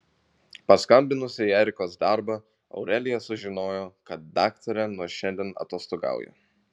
paskambinusi į erikos darbą aurelija sužinojo kad daktarė nuo šiandien atostogauja